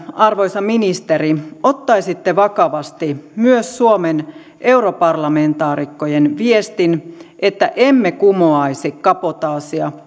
arvoisa ministeri että ottaisitte vakavasti myös suomen europarlamentaarikkojen viestin että emme kumoaisi kabotaasia